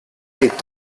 est